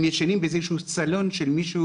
הם ישנים באיזה שהוא סלון של מישהו